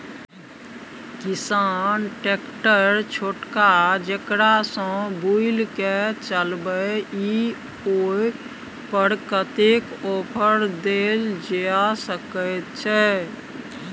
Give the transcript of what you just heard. किसान ट्रैक्टर छोटका जेकरा सौ बुईल के चलबे इ ओय पर कतेक ऑफर दैल जा सकेत छै?